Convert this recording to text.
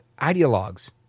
ideologues